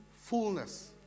fullness